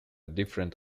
different